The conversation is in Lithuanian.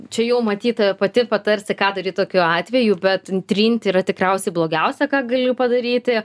čia jau matyt pati patarsi ką daryt tokiu atveju bet trinti yra tikriausiai blogiausia ką gali padaryti